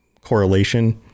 correlation